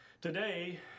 Today